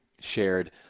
shared